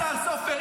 השר סופר,